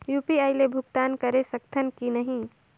UPI ले भुगतान करे सकथन कि नहीं?